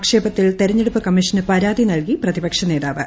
ആക്ഷേപത്തിൽ തെ്രഞ്ഞെടുപ്പ് കമ്മീഷന് പരാതി നൽകി പ്രതിപക്ഷനേതാവ്